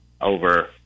over